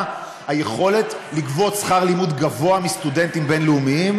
היכולת לגבות שכר לימוד גבוה מסטודנטים בין-לאומיים